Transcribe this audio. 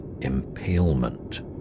impalement